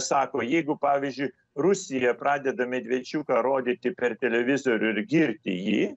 sako jeigu pavyzdžiui rusija pradeda medvečiuką rodyti per televizorių ir girti jį